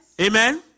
amen